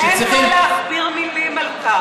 ואין להכביר מילים על כך.